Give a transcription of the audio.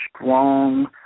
strong